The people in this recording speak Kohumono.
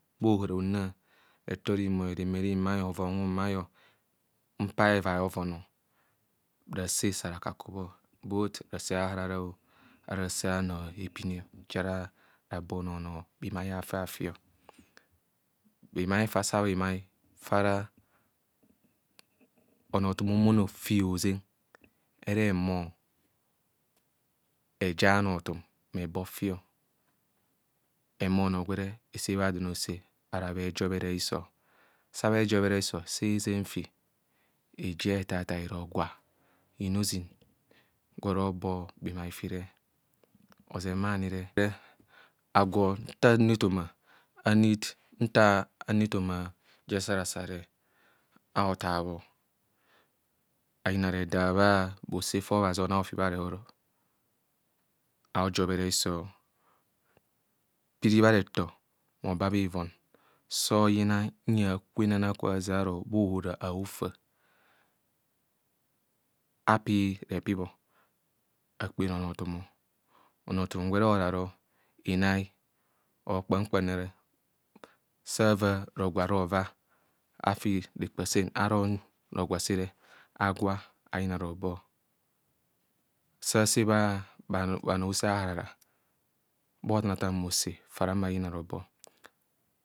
Bha ohira hunnaa, reto rinbhoi reme rinmai, mpa hevai a hovonọ. Rase sa rakaky bho both rase aharara ara rase anoepine ja ra bo ono- ohi- ono bhima afi afi. Bhima, fa asa bhima, fara ọnoọthum a humọnọ fi oʒeng, ehure ehumo eja anọthọm ehuma ebọ fi. Ehumo ọnọọ gwere ese bha dọn aose sa bhe ejobhere hiso. Sa bhe ejọḅheno hiso sa eʒeng fi, ejiang ethathai rogwa, inozin, gwe ora ọbọ ḅhimai fire. Oʒeng bha anune agwo nta anu ɛtgomạ je esare sare, aothaabho. Ayna redaa bha bhosr fa bhazi oning ose bha rehor aojebhene hiso, piru bharetho aba bha ivon so oyina huyan akwenana kwe aræng aro bha hora aofa, apio repibho, akpene onotgum. Onoothum gwene ora ro inau, or kpamkpam nore sa ava rogwa raava afi rekoa sen arong rogwa sere ayina robo sa asebho bha bha noo aose aharara, bhothaan atgaan bhose fa ara yina robo.